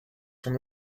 from